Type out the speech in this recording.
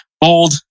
bold